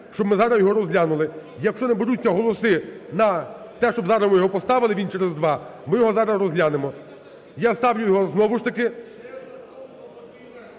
щоб ми зараз його розглянули. Якщо наберуться голоси на те, щоб зараз ми його поставили, він через два, ми його зараз розглянемо. Я ставлю його все ж таки…